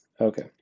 Okay